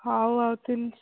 ହେଉ ଆଉ ତିନ